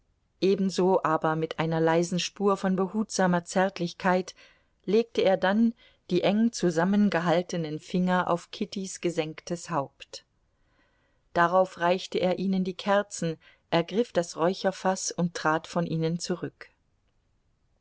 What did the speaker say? ebenso aber mit einer leisen spur von behutsamer zärtlichkeit legte er dann die eng zusammengehaltenen finger auf kittys gesenktes haupt darauf reichte er ihnen die kerzen ergriff das räucherfaß und trat von ihnen zurück